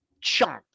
chunk